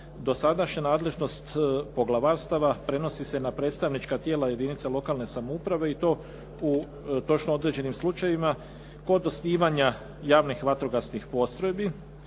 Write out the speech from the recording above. dosadašnja nadležnost poglavarstava prenosi se na predstavnička tijela jedinica lokalne samouprave i to u točno određenim slučajevima kod osnivanja javnih vatrogasnih postrojbi